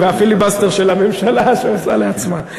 הפיליבסטר שהממשלה שעושה לעצמה.